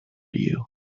you